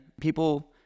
people